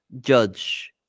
judge